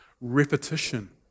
repetition